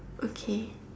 okay